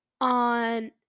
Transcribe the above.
on